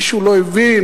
מישהו לא הבין?